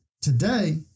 today